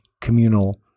communal